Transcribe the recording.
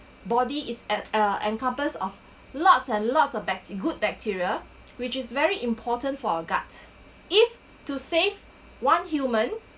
body is at a encompass of lots and lots of bac~ good bacteria which is very important for our gut if to save one human